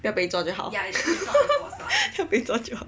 不要被抓就好不要被抓就好